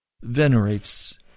venerates